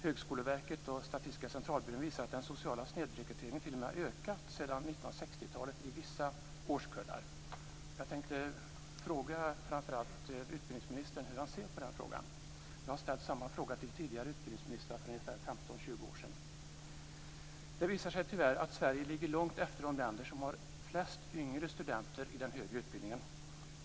Högskoleverket och Statistiska centralbyrån visar att den sociala snedrekryteringen t.o.m. har ökat sedan 1960-talet i vissa årskullar. Jag tänkte fråga framför allt utbildningsministern hur han ser på den frågan. Jag har ställt samma fråga till tidigare utbildningsministrar för ungefär 15-20 år sedan. Det visar sig tyvärr att Sverige ligger långt efter de länder som har flest yngre studenter i den högre utbildningen.